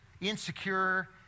insecure